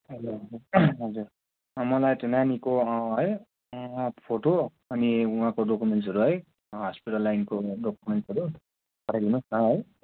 ए हजुर मलाई त्यो नानीको है फोटो अनि उहाँको डकुमेन्ट्सहरू है हस्पिटल लाइनको डकुमेन्ट्सहरू पठाइदिनुहोस् न है